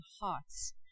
hearts